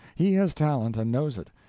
he has talent and knows it,